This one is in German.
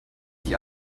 die